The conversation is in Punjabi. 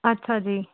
ਅੱਛਾ ਜੀ